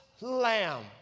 lamb